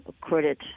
credit